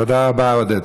תודה רבה, עודד.